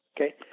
okay